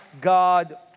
God